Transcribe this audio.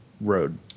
road